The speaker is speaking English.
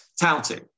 touting